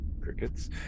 Crickets